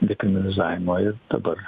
dekriminalizavimo ir dabar